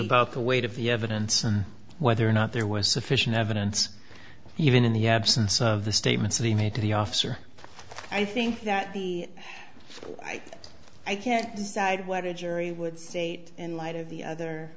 about the weight of the evidence and whether or not there was sufficient evidence even in the absence of the statements that he made to the officer i think that the i can't decide what a jury would state in light of the